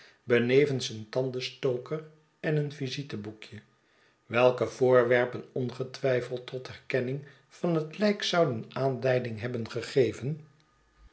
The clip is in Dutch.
vens een tandenstoker en een visite boekje welke voorwerpen ongetwijfeld tot herkenning van het lijk zouden aanleiding hebben gegeven